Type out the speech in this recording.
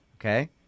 Okay